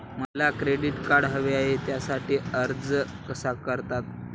मला credit card हवे आहे त्यासाठी अर्ज कसा करतात?